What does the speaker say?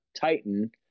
Titan